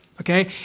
Okay